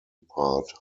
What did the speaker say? part